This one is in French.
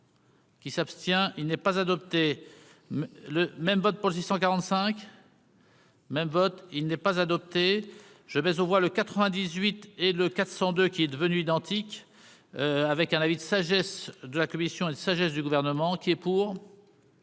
Qui s'abstient, il n'est pas adopté le même vote pour 645. Même vote il n'est pas adopté, je vais, on voit le 98 et le 400 de qui est devenu identique avec un avis de sagesse de la commission elle sagesse du gouvernement qui est pour.